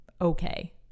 okay